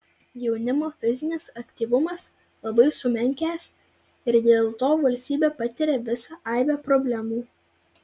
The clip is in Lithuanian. jaunimo fizinis aktyvumas labai sumenkęs ir dėl to valstybė patiria visą aibę problemų